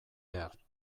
behar